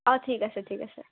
অঁ ঠিক আছে ঠিক আছে